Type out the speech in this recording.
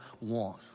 want